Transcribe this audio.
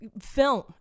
film